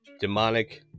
demonic